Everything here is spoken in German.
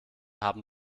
haben